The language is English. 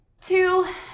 two